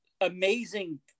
amazing